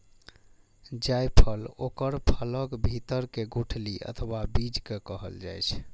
जायफल ओकर फलक भीतर के गुठली अथवा बीज कें कहल जाइ छै